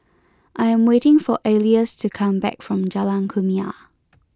I am waiting for Alois to come back from Jalan Kumia